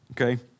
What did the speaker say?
okay